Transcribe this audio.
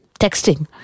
texting